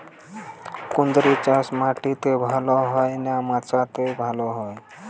কুঁদরি চাষ মাটিতে ভালো হয় না মাচাতে ভালো হয়?